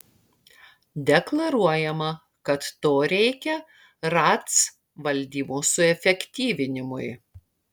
deklaruojama kad to reikia ratc valdymo suefektyvinimui